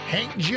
Hank